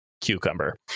cucumber